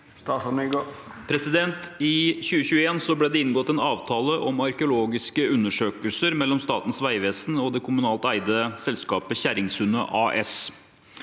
I 2021 ble det inngått en avtale om arkeologiske undersøkelser mellom Statens vegvesen og det kommunalt eide selskapet Kjerringsundet AS.